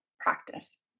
practice